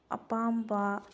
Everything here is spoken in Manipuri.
ꯑꯄꯥꯝꯕ